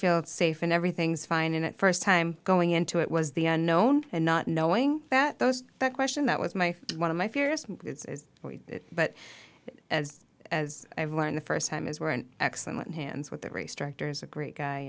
feel safe and everything's fine and at first time going into it was the unknown and not knowing that those that question that was my one of my fears but as as i've learned the first time is were an excellent hands with the race director is a great guy